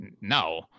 No